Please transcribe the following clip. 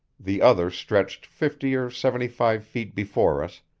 the other stretched fifty or seventy-five feet before us,